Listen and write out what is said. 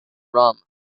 rum